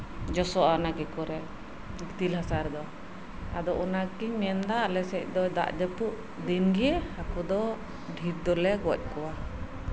ᱡᱚᱥᱚᱜᱼᱟ ᱚᱱᱟ ᱠᱚᱨᱮᱜ ᱜᱤᱛᱤᱞ ᱦᱟᱥᱟ ᱨᱮᱫᱚ ᱟᱫᱚ ᱚᱱᱟᱛᱤᱧ ᱢᱮᱱᱫᱟ ᱟᱞᱮ ᱥᱮᱜ ᱫᱚ ᱫᱟᱜ ᱡᱟᱹᱯᱩᱫ ᱫᱤᱱᱜᱮ ᱦᱟᱹᱠᱩ ᱫᱚ ᱰᱷᱮᱨ ᱜᱮᱞᱮ ᱜᱚᱡ ᱠᱚᱣᱟ